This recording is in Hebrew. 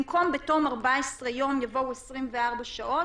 במקום "בתום 14" יבואו "24 שעות".